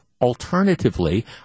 alternatively